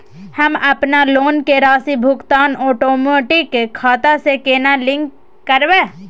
हम अपन लोन के राशि भुगतान ओटोमेटिक खाता से केना लिंक करब?